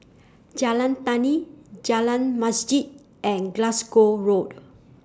Jalan Tani Jalan Masjid and Glasgow Road